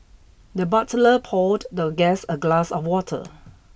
the butler poured the guest a glass of water